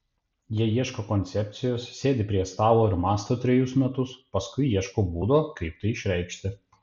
jie ieško koncepcijos sėdi prie stalo ir mąsto trejus metus paskui ieško būdo kaip tai išreikšti